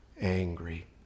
angry